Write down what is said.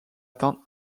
atteindre